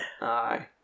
aye